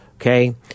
Okay